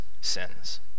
sins